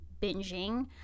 binging